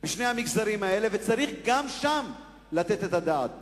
וגם על המצב שם צריך לתת את הדעת.